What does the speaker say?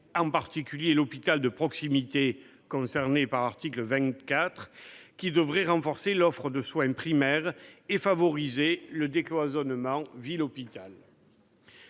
en particulier à l'hôpital de proximité, visé à l'article 24, qui devrait renforcer l'offre de soins primaires et favoriser le décloisonnement ville-hôpital.